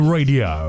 Radio